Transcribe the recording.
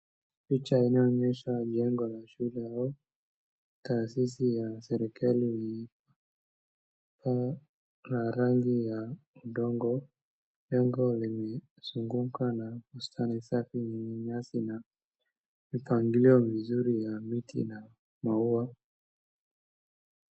Picha inayoonyesha jengo la shule au taasisi ya serikali la rangi ya udongo. Jeno limezungukwa na bustani safi yenye nyasi na mipangilio mizuri ya miti na maua,